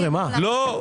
כן,